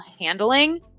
handling